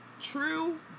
true